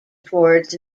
towards